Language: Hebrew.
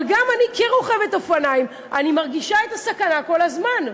אבל כרוכבת אופניים אני מרגישה את הסכנה כל הזמן.